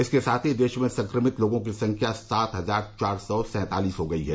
इसके साथ ही देश में संक्रमित लोगों की संख्या सात हजार चार सौ सैंतालीस हो गई हैं